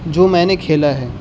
جو میں نے کھیلا ہے